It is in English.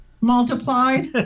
Multiplied